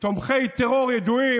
תומכי טרור ידועים,